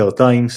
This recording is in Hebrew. כיכר טיימס,